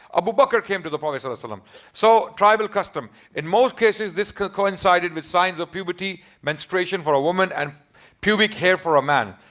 abu bakr came to the prophet, ah ah um so tribal custom. in most cases, this coincided with signs of puberty menstruation for a woman and pubic hair for a man.